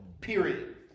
Period